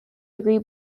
degree